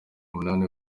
munani